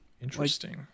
interesting